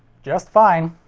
just fine.